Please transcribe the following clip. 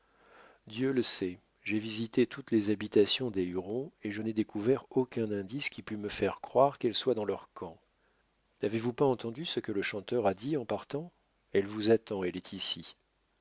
dieu le sait j'ai visité toutes les habitations des hurons et je n'ai découvert aucun indice qui pût me faire croire qu'elle soit dans leur camp n'avez-vous pas entendu ce que le chanteur a dit en partant elle vous attend elle est ici